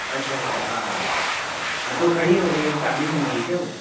अच्छा अच्छा हाँ हाँ तो खड़ी हो गई अब चालू ही नहीं हो रही है क्या वो